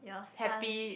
happy